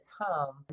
home